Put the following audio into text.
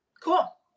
Cool